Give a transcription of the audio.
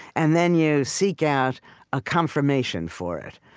and then you seek out a confirmation for it,